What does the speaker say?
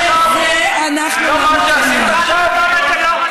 לזה אנחנו לא ניתן יד.